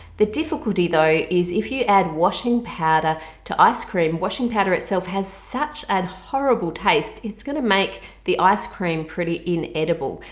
the difficulty though is if you add washing powder to ice-cream, washing powder itself has such a horrible taste it's going to make the ice cream pretty inedible.